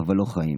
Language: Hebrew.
אבל לא חיים.